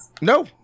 No